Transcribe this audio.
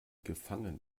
gefangen